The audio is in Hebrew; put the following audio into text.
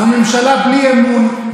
זו ממשלה בלי אמון,